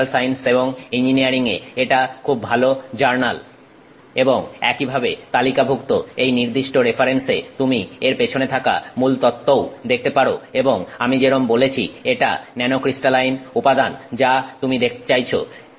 material science এবং engineering এ এটা খুব ভালো জার্নাল এবং এইভাবে তালিকাভুক্ত এই নির্দিষ্ট রেফারেন্স এ তুমি এর পেছনে থাকা মূলতত্ত্বও দেখতে পারো এবং আমি যেরম বলেছি এটা ন্যানোক্রিস্টালাইন উপাদান যা তুমি দেখতে চাইছো